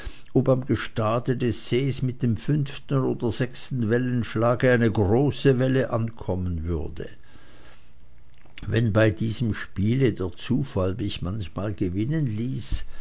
ob am gestade des sees mit dem fünften oder sechsten wellenschlage eine große welle ankommen würde wenn bei diesem spiele der zufall mich manchmal gewinnen ließ